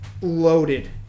loaded